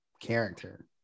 Character